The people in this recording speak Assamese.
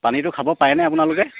পানীটো খাব পাৰেনে আপোনালোকে